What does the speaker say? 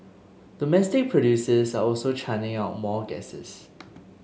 domestic producers are also churning out more gases